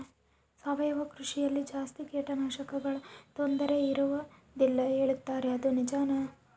ಸಾವಯವ ಕೃಷಿಯಲ್ಲಿ ಜಾಸ್ತಿ ಕೇಟನಾಶಕಗಳ ತೊಂದರೆ ಇರುವದಿಲ್ಲ ಹೇಳುತ್ತಾರೆ ಅದು ನಿಜಾನಾ?